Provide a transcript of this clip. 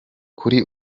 kuri